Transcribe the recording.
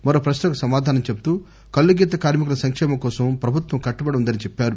మరో ప్రశ్నకు సమాధానం చెబుతూ కల్లుగీత కార్మికుల సంకేమం కోసం ప్రభుత్వం కట్టుబడి ఉందని చెప్పారు